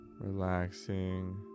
relaxing